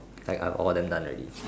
I I all of them done already